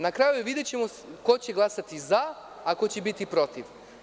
Na kraju, videćemo ko će glasati za a ko će biti protiv.